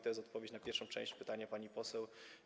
To jest odpowiedź na pierwszą część pytania pani poseł.